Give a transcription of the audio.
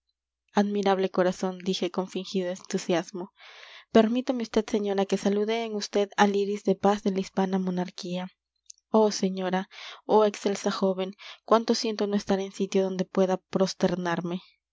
admirable corazón dije con fingido entusiasmo permítame vd señora que salude en vd al iris de paz de la hispana monarquía oh señora oh excelsa joven cuánto siento no estar en sitio donde pueda prosternarme